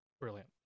Brilliant